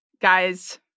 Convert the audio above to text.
guys